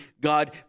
God